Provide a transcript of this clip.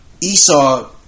Esau